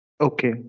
Okay